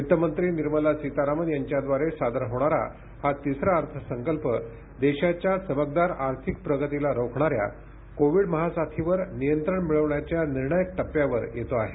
वित्तमंत्री निर्मला सीतारामन यांच्याद्वारे सादर होणारा हा तिसरा अर्थसंकल्प देशाच्या चमकदार आर्थिक प्रगतीला रोखणाऱ्या कोविड महासाथीवर नियंत्रण मिळवण्याच्या निर्णायक टप्प्यावर येतो आहे